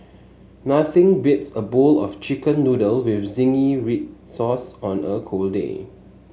nothing beats a bowl of chicken noodle with zingy red sauce on a cold day